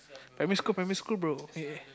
primary school primary school bro eh